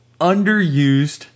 underused